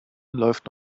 läuft